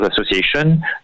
Association